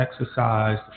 exercise